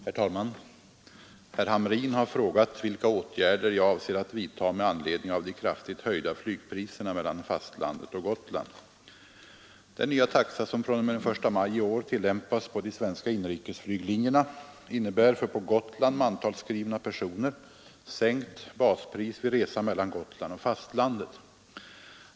Herr talman! Herr Hamrin har frågat vilka åtgärder jag avser att vidta med anledning av de kraftigt höjda flygpriserna mellan fastlandet och Gotland. Den nya taxa som fr.o.m. den 1 maj i år tillämpas på de svenska inrikesflyglinjerna innebär för på Gotland mantalsskrivna personer sänkt baspris vid resa mellan Gotland och fastlandet.